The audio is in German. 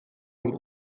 und